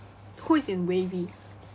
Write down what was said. who is in wavy